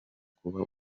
kuba